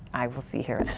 i will see her